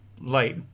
light